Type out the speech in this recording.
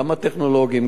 גם הטכנולוגיים,